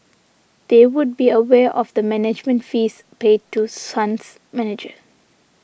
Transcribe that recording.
they would be aware of the management fees paid to Sun's manager